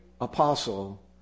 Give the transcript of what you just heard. apostle